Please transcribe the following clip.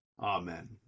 AMEN